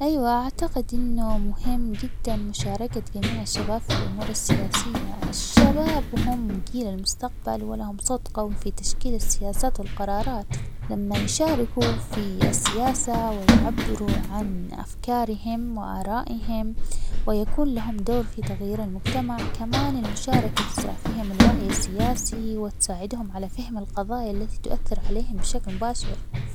أيوا أعتقد إنو مهم جداً مشاركة جميع الشباب في الأمور السياسية، الشباب هم جيل المستقبل ولهم صوت قوي في تشكيل السياسات والقرارات، لما يشاركوا في السياسة ويعبروا عن أفكارهم وآرائهم ويكون لهم دور في تغيير المجتمع، كمان المشاركة تزرع فيهم الوعي السياسي وتساعدهم على فهم القضايات التي تؤثر عليهم بشكل مباشر.